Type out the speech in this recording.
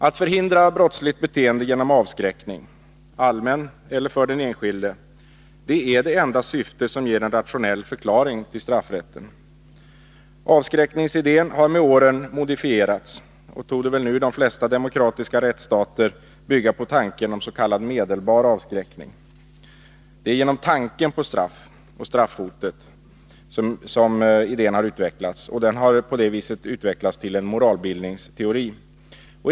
Att förhindra brottsligt beteende genom avskräckning, allmän eller för den enskilde, är det enda syfte som ger en rationell förklaring till straffrätten. Avskräckningsidén har med åren modifierats och torde nu i de flesta demokratiska rättsstater bygga på tanken om s.k. medelbar avskräckning. Det är genom tanken på straff, straffhotet, som idén har utvecklats, och den har på det viset utvecklats till en moralbildningsteori.